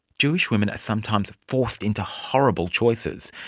jewish women are sometimes forced into horrible choices.